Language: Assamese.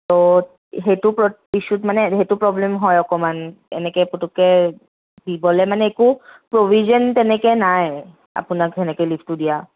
সেইটো ইছ্যুত মানে সেইটো প্ৰব্লেম হয় অকণমান এনেকে পুটুককে দিবলৈ মানে একো প্ৰভিজন তেনেকে নাই আপোনাক সেনেকে লীভটো দিয়া